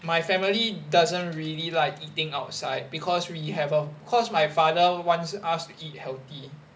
my family doesn't really like eating outside because we have err cause my father wants us to eat healthy